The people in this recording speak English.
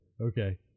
Okay